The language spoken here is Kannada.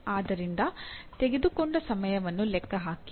ಅದರಿಂದ ತೆಗೆದುಕೊಂಡ ಸಮಯವನ್ನು ಲೆಕ್ಕ ಹಾಕಿ